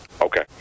Okay